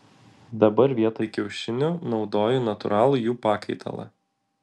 dabar vietoj kiaušinių naudoju natūralų jų pakaitalą